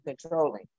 controlling